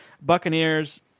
Buccaneers